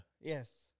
Yes